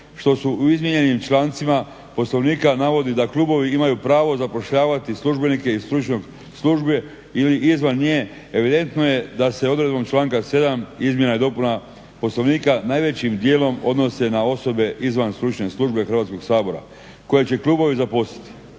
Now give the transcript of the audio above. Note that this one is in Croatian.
što su u izmijenjenim člancima Poslovnika navodi da klubovi imaju pravo zapošljavati službenike i stručne službe, evidentno je da se odredbom članka 7. Izmjena i dopuna Poslovnika najvećim dijelom odnose na osobe izvan stručne službe Hrvatskoga sabora koje će klubovi zaposliti.